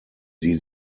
die